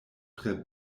tre